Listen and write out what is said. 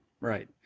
right